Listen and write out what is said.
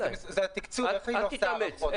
אל תתאמץ.